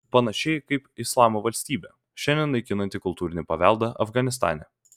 panašiai kaip islamo valstybė šiandien naikinanti kultūrinį paveldą afganistane